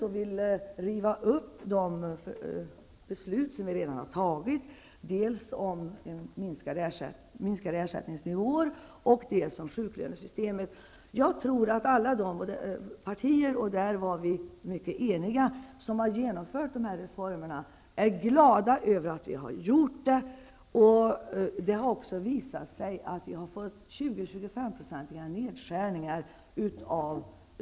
Hon vill riva upp redan fattade beslut dels om lägre ersättningsnivåer, dels om sjuklönesystemet. Jag tror att vi i de partier som har genomfört de här reformerna -- och vi var mycket eniga -- är glada över dessa. Det har visat sig att de korta sjukskrivningarna minskat med 20-- 25 %.